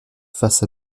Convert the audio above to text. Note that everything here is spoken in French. face